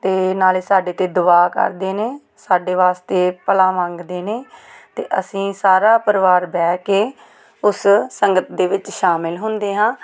ਅਤੇ ਨਾਲੇ ਸਾਡੇ 'ਤੇ ਦੁਆ ਕਰਦੇ ਨੇ ਸਾਡੇ ਵਾਸਤੇ ਭਲਾ ਮੰਗਦੇ ਨੇ ਅਤੇ ਅਸੀਂ ਸਾਰਾ ਪਰਿਵਾਰ ਬਹਿ ਕੇ ਉਸ ਸੰਗਤ ਦੇ ਵਿੱਚ ਸ਼ਾਮਿਲ ਹੁੰਦੇ ਹਾਂ